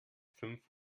fünf